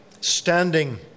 standing